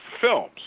films